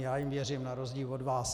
Já jim věřím na rozdíl od vás.